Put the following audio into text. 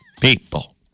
people